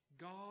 God